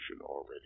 already